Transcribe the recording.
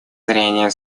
зрения